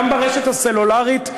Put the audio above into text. גם ברשת הסלולרית,